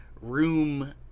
room